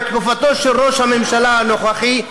בתקופתו של ראש הממשלה הנוכחי,